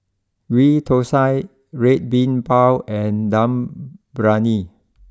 Ghee Thosai Red Bean Bao and Dum Briyani